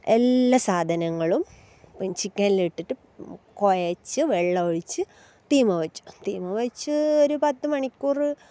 എല്ല സാധനങ്ങളും ചിക്കനിലിട്ടിട്ട് കുഴച്ച് വെള്ളമൊഴിച്ച് തീമ വച്ചു തീമ വച്ച് ഒരു പത്ത് മണിക്കൂർ